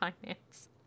finance